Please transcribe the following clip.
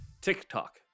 tiktok